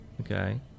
okay